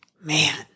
man